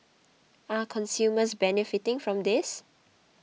are consumers benefiting from this